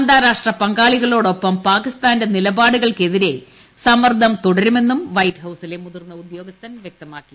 അന്താരാഷ്ട്ര പങ്കാളികളോടൊപ്പം പാകിസ്ഥാന്റെ നിലപാടുകൾക്കെതിരെ സമ്മർദ്ദം തുടരുമെന്നും വൈറ്റ് ഹൌസിലെ മുതിർന്ന ഉദ്യോഗസ്ഥൻ വൃക്തമാക്കി